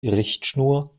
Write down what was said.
richtschnur